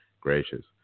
gracious